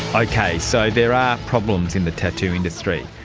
okay, so there are problems in the tattoo industry.